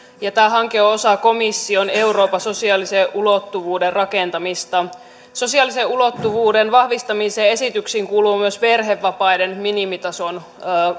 tämä hanke on osa komission euroopan sosiaalisen ulottuvuuden rakentamista sosiaalisen ulottuvuuden vahvistamisen esityksiin kuuluu myös perhevapaiden minimitasosta